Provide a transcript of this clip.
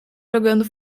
jogando